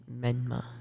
Menma